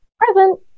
Present